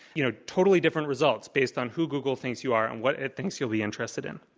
you know, totally different results based on who google thinks you are and what it thinks you'll be interested in.